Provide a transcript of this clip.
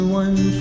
one